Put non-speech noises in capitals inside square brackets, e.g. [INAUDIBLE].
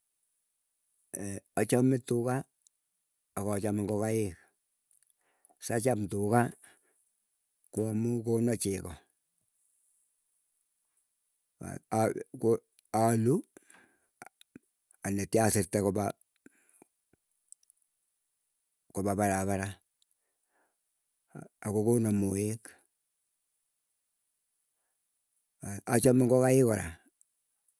[HESITATION] achame tuga akachame ngokaik, sacham tuga koo amuu kona chego [HESITATION] aluu. anyatwa asirte kopa, kopa parapara. Akokona moek achame ngokaik kora amuu kona mayaik. aas kona alde mayaik, anyoru rapisyek. Akaldai kora chilchilaik chepo ngokaik ara achame ngokaik ak tuga.